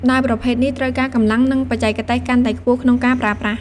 ដាវប្រភេទនេះត្រូវការកម្លាំង និងបច្ចេកទេសកាន់តែខ្ពស់ក្នុងការប្រើប្រាស់។